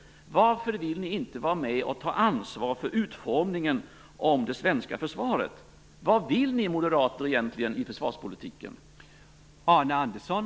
Varför vill ni inte vara med och ta ansvar för utformningen av det svenska försvaret? Vad vill ni moderater egentligen i försvarspolitiken?